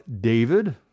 David